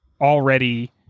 already